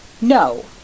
No